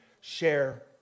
share